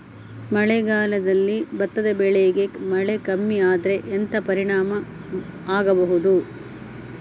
ಮಳೆಗಾಲದಲ್ಲಿ ಭತ್ತದ ಬೆಳೆಗೆ ಮಳೆ ಕಮ್ಮಿ ಆದ್ರೆ ಎಂತ ಪರಿಣಾಮ ಆಗಬಹುದು?